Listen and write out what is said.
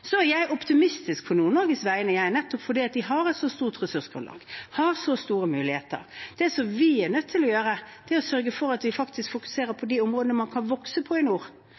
Jeg er optimistisk på Nord-Norges vegne, nettopp fordi de har et så stort ressursgrunnlag, har så store muligheter. Det vi er nødt til å gjøre, er å sørge for at vi faktisk fokuserer på de områdene der man i nord kan vokse,